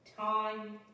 time